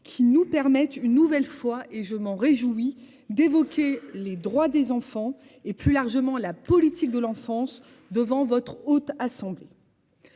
qui nous permet une nouvelle fois et je m'en réjouis d'évoquer les droits des enfants, et plus largement la politique de l'enfance devant votre haute assemblée.--